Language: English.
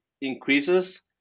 increases